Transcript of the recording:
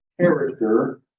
character